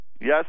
Yes